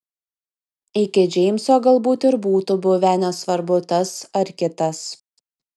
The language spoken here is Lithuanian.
iki džeimso galbūt ir būtų buvę nesvarbu tas ar kitas